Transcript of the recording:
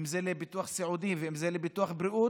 אם זה לביטוח סיעודי ואם זה לביטוח בריאות,